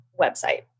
website